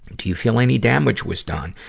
do you feel any damage was done?